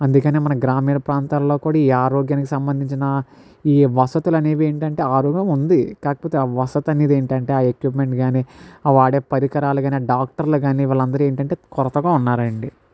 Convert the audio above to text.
అందుకనే మన గ్రామీణ ప్రాంతాల్లో కూడా ఈ ఆరోగ్యానికి సంబంధించిన ఈ వసతులనేవి ఏంటంటే ఆ అవకాశం ఉంది కాకపోతే ఆ వసతి అనేది ఏంటంటే ఎక్యుప్మెంట్ కానీ ఆ వాడే పరికరాలు కానీ ఆ డాక్టర్లు కానీ వాళ్ళందరూ ఏంటంటే కొరతగా ఉన్నారండి